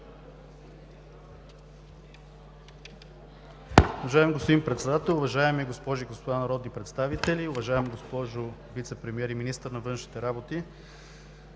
уважаема госпожо Вицепремиер и министър на външните работи!